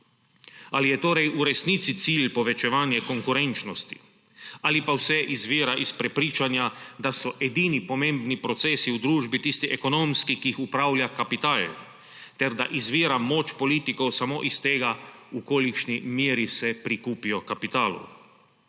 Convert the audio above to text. Ali je torej v resnici cilj povečevanje konkurenčnosti ali pa vse izvira iz prepričanja, da so edini pomembni procesi družbi tisti ekonomski, ki jih upravlja kapital, ter da izvira moč politikov samo iz tega, v kolikšni meri se prikupijo kapitalu?